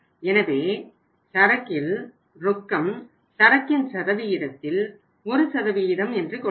எனவே ரொக்கம் சரக்கின் சதவிகிதத்தில் ஒரு சதவீதம் என்று கொள்வோம்